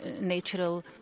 natural